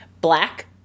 black